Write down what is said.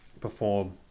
perform